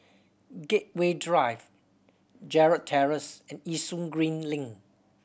Gateway Drive Gerald Terrace and Yishun Green Link